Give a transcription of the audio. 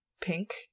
pink